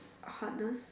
hardness